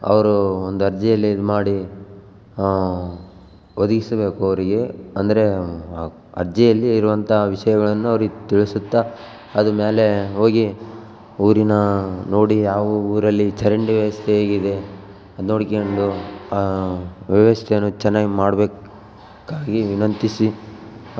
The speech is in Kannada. ಅವರು ಒಂದು ಅರ್ಜಿಯಲ್ಲಿ ಇದು ಮಾಡಿ ಒದಗಿಸಬೇಕು ಅವರಿಗೆ ಅಂದರೆ ಆ ಅರ್ಜಿಯಲ್ಲಿ ಇರುವಂಥ ವಿಷಯಗಳನ್ನು ಅವ್ರಿಗೆ ತಿಳಿಸುತ್ತಾ ಅದು ಮೇಲೇ ಹೋಗಿ ಊರನ್ನ ನೋಡಿ ಯಾವ ಊರಲ್ಲಿ ಚರಂಡಿ ವ್ಯವಸ್ಥೆ ಹೇಗಿದೆ ಅದು ನೋಡ್ಕೊಂಡು ವ್ಯವಸ್ಥೆಯನ್ನು ಚೆನ್ನಾಗ್ ಮಾಡ್ಬೇಕ್ಕಾಗಿ ವಿನಂತಿಸಿ